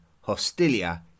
Hostilia